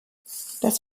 das